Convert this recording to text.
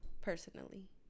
Personally